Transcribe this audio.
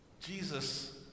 Jesus